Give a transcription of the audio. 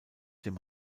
dem